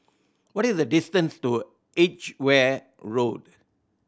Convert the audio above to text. what is the distance to Edgeware Road